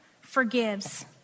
forgives